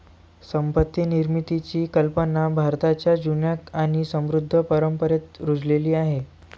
संपत्ती निर्मितीची कल्पना भारताच्या जुन्या आणि समृद्ध परंपरेत रुजलेली आहे